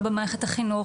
לא במערכת החינוך,